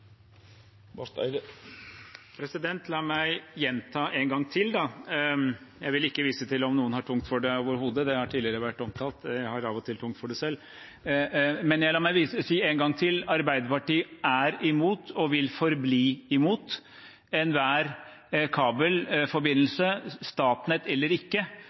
La meg gjenta det: Jeg vil overhodet ikke vise til om noen har tungt for det – det har tidligere vært omtalt – jeg har av og til tungt for det selv. La meg si det en gang til: Arbeiderpartiet er imot og vil forbli imot enhver kabelforbindelse – Statnett eller ikke